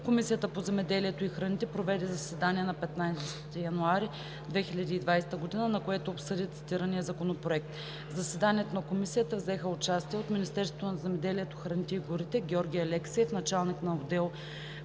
Комисията по земеделието и храните проведе заседание на 15 януари 2020 г., на което обсъди цитирания законопроект. В заседанието на Комисията взеха участие: от Министерството на земеделието, храните и горите: Георги Алексиев – началник на отдел